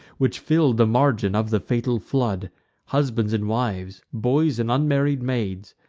which fill'd the margin of the fatal flood husbands and wives, boys and unmarried maids,